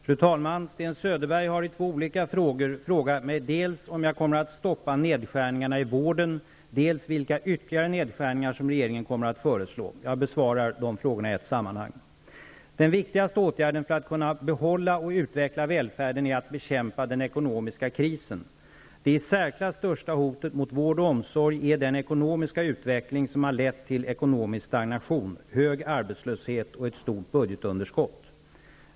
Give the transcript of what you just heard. Fru talman! Sten Söderberg har i två olika frågor frågat mig dels om jag kommer att stoppa nedskärningarna i vården, dels vilka ytterligare nedskärningar som regeringen kommer att föreslå. Jag besvarar frågorna i ett sammanhang. Den viktigaste åtgärden för att kunna behålla och utveckla välfärden är att bekämpa den ekonomiska krisen. Det i särklass största hotet mot vård och omsorg är den ekonomiska utveckling som har lett till ekonomisk stagnation, hög arbetslöshet och ett stort budgetunderskott.